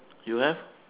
you have